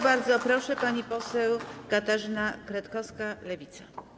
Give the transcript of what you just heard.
Bardzo proszę, pani poseł Katarzyna Kretkowska, Lewica.